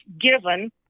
given